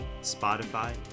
Spotify